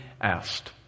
asked